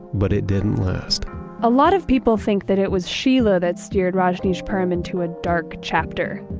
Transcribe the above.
but it didn't last a lot of people think that it was sheela that steered rajneeshpuram into a dark chapter,